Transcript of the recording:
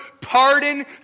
pardon